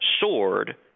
soared